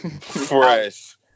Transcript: Fresh